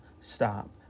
stop